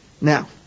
Now